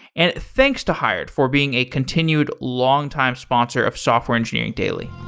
and thanks to hired for being a continued longtime sponsor of software engineering daily